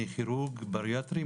אני כירורג בריאטרי,